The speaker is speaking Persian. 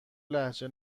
لهجه